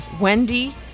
Wendy